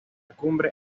cumbre